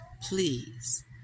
please